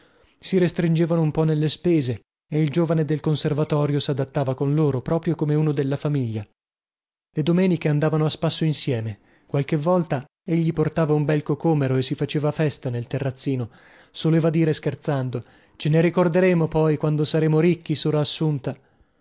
si restringevano un po nelle spese e il giovane del conservatorio sadattava con loro proprio come uno della famiglia le domeniche andavano a spasso insieme qualche volta egli portava un bel cocomero e si faceva festa nel terrazzino soleva dire scherzando ce ne ricorderemo poi quando saremo ricchi sora assunta